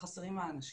חסרים האנשים.